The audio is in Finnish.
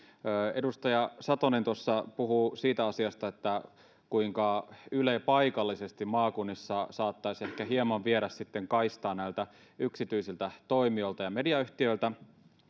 edustaja satonen tuossa puhuu siitä asiasta kuinka yle paikallisesti maakunnissa saattaisi ehkä hieman viedä sitten kaistaa näiltä yksityisiltä toimijoilta ja mediayhtiöiltä